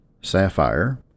Sapphire